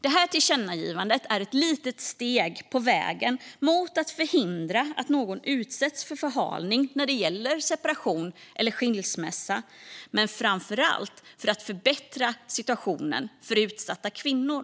Det här tillkännagivandet är ett litet steg på vägen mot att förhindra att någon utsätts för förhalning när det gäller separation eller skilsmässa, men framför allt är det för att förbättra situationen för utsatta kvinnor.